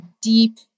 deep